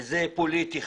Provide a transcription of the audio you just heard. וזה פוליטי,